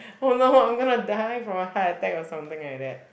oh no I'm going to die from a heart attack or something like that